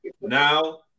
Now